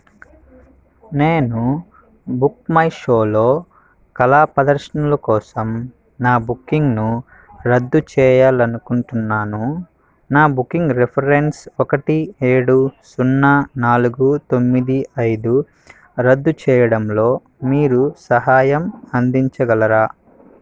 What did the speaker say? నేను బుక్మైషోలో కళా పదర్శనలు కోసం నా బుకింగ్ను రద్దు చేయాలనుకుంటున్నాను నా బుకింగ్ రిఫరెన్స్ ఒకటి ఏడు సున్నా నాలుగు తొమ్మిది ఐదు రద్దు చేయడంలో మీరు సహాయం అందించగలరా